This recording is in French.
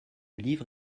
livre